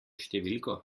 številko